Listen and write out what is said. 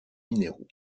minéraux